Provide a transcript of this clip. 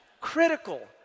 Critical